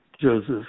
Joseph